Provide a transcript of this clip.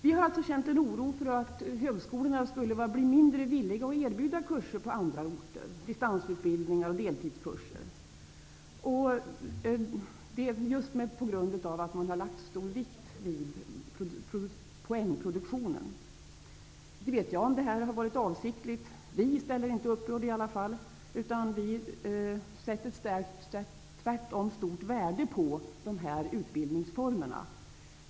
Vi har alltså känt en oro över att högskolorna skulle bli mindre villiga att erbjuda kurser på andra orter -- distansutbildningar och deltidskurser -- just på grund av att man har fäst så stor vikt vid poängproduktionen. Inte vet jag om det här har varit avsiktligt. Vi ställer i alla fall inte upp på det. Vi sätter tvärtom stort värde på dessa utbildningsformer.